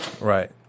Right